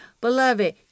Beloved